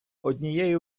однією